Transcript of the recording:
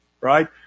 right